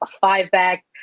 five-back